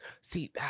See